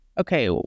okay